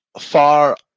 far